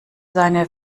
seine